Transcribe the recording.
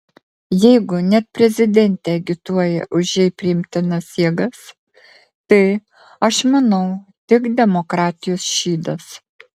jeigu net prezidentė agituoja už jai priimtinas jėgas tai aš manau tik demokratijos šydas